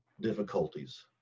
difficulties